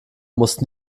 mussten